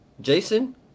jason